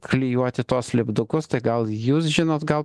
klijuoti tuos lipdukus tai gal jūs žinot gal